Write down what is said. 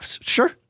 Sure